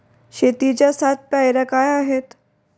शेतीच्या सात पायऱ्या काय आहेत?